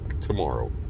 tomorrow